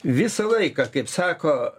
visą laiką kaip sako